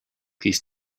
these